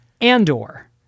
Andor